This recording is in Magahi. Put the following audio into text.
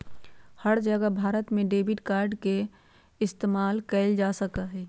हर जगह भारत में डेबिट कार्ड के इस्तेमाल कइल जा सका हई